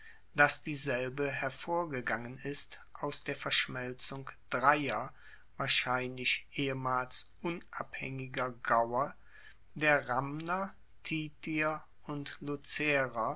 dass dieselbe hervorgegangen ist aus der verschmelzung dreier wahrscheinlich ehemals unabhaengiger gaue der ramner titier und